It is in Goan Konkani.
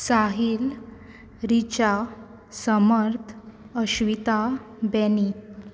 साहील रिचा समर्थ अश्विता बॅनी